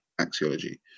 axiology